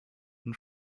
and